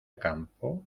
campo